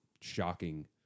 shocking